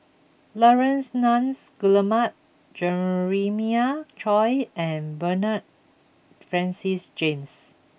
Laurence Nunns Guillemard Jeremiah Choy and Bernard Francis James